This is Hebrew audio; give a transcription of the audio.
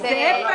כי זה אפס?